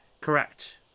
Correct